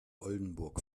oldenburg